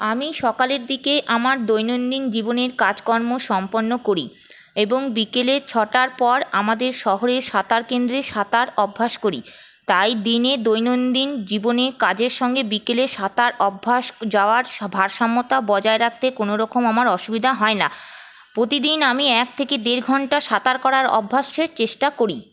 আমি সকালের দিকে আমার দৈনন্দিন জীবনের কাজকর্ম সম্পন্ন করি এবং বিকেলে ছটার পর আমাদের শহরের সাঁতার কেন্দ্রে সাঁতার অভ্যাস করি তাই দিনে দৈনন্দিন জীবনে কাজের সঙ্গে বিকেলে সাঁতার অভ্যাস যাওয়ার ভারসাম্যতা বজায় রাখতে কোনোরকম আমার অসুবিধা হয় না প্রতিদিন আমি এক থেকে দেড় ঘণ্টা সাঁতার করার অভ্যাসের চেষ্টা করি